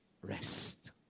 rest